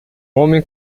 homem